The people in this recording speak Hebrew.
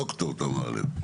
דוקטור תמרה לב.